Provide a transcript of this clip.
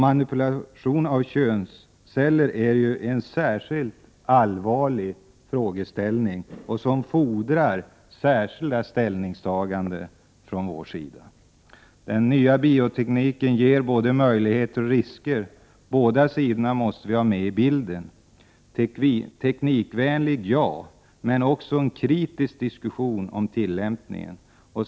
Manipulation av könsceller är en särskilt allvarlig frågeställning som fordrar särskilda ställningstaganden från oss politiker. Den nya biotekniken innebär både möjligheter och risker. Båda sidorna måste vi ha med i bilden. Teknikvänlig — ja. Men också en kritisk diskussion om tillämpningen.